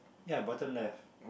ya bottom left